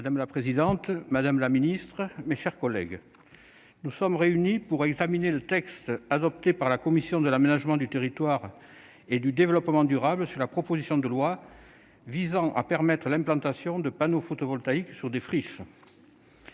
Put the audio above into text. Madame la présidente, madame la secrétaire d'État, mes chers collègues, nous voici réunis pour examiner le texte adopté par la commission de l'aménagement du territoire et du développement durable sur la proposition de loi visant à permettre l'implantation de panneaux photovoltaïques sur des friches.